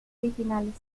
originales